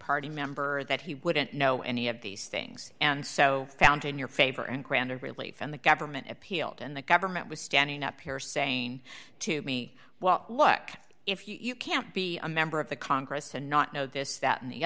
party member or that he wouldn't know any of these things and so found in your favor and granted relief and the government appealed and the government was standing up here saying to me well look if you can't be a member of the congress and not know this that and the